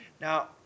Now